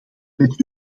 met